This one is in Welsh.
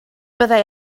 byddai